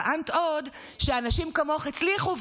טענת עוד שאנשים כמוך הצליחו,